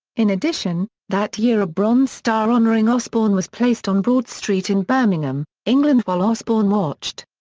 in addition, that year a bronze star honouring osbourne was placed on broad street in birmingham, england while osbourne watched.